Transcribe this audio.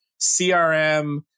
CRM